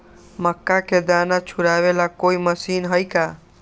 मक्का के दाना छुराबे ला कोई मशीन हई का?